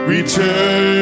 Return